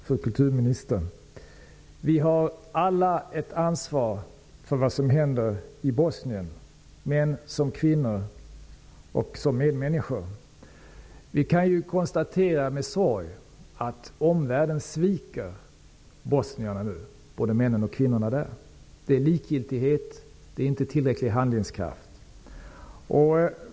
Herr talman! Fru kulturminister! Vi har alla ett ansvar för det som händer i Bosnien, män som kvinnor, som medmänniskor. Vi kan konstatera med sorg att omvärlden sviker både männen och kvinnorna i Bosnien. Det är likgiltighet, det är inte tillräcklig handlingskraft.